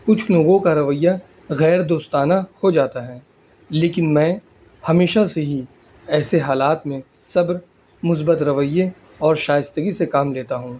کچھ لوگوں کا رویہ غیر دوستانہ ہو جاتا ہے لیکن میں ہمیشہ سے ہی ایسے حالات میں صبر مثبت رویہ اور شائستگی سے کام لیتا ہوں